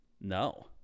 no